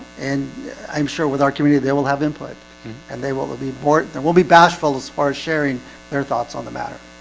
and i'm sure with our community they will have input and they will will be important and will be bashful as far as sharing their thoughts on the matter